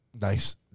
Nice